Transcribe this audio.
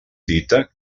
dita